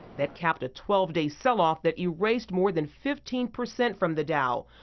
that capped a twelve day sell off that erased more than fifteen percent from the dow,